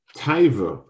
taiva